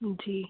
जी